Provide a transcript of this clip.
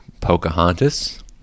Pocahontas